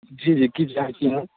जी जी कि चाहै छियै